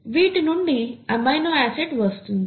వీటి నుండి amino acid వస్తుంది